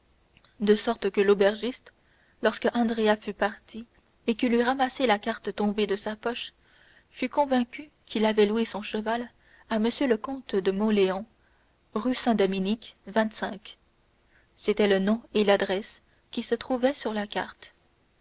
de sorte que l'aubergiste lorsque andrea fut parti et qu'il eut ramassé la carte tombée de sa poche fut convaincu qu'il avait loué son cheval à m le comte de mauléon rue saint-dominique le nom et l'adresse qui se trouvaient sur la carte